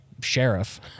sheriff